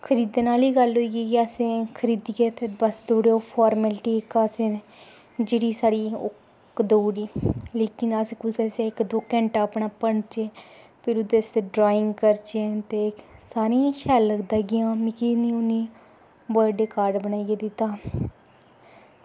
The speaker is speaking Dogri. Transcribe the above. खरीदने आह्ली गल्ल गी अस खरीदियै ते ओह् फार्मेलिटी दा असें जेह्ड़ी साढ़ी इक्क दौ घैंटा असें भन्नना ते ओह्दे आस्तै ड्राइंग असें करना ते सारें गी शैल लगदा कि मिगी बर्थ डे कार्ड बनाइयै दित्ता हा